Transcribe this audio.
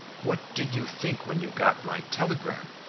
what did you think when you got my telegram?